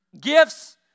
gifts